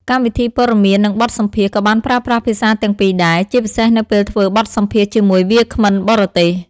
កម្មវិធីព័ត៌មាននិងបទសម្ភាសន៍ក៏បានប្រើប្រាស់ភាសាទាំងពីរដែរ ជាពិសេសនៅពេលធ្វើបទសម្ភាសន៍ជាមួយវាគ្មិនបរទេស។